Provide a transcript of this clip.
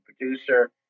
producer